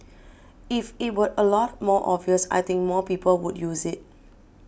if it were a lot more obvious I think more people would use it